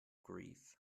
grief